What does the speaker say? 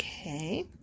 Okay